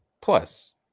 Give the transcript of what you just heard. plus